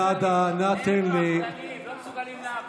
שיבואו לפה, לא מסוגלים לעבוד.